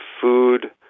food